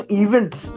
events